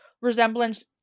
resemblance